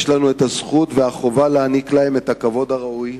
יש לנו הזכות והחובה להעניק להם את הכבוד הראוי,